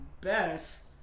best